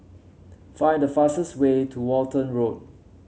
find the fastest way to Walton Road